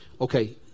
Okay